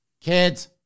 Kids